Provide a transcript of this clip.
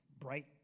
bright